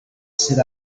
sit